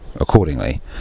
accordingly